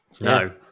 No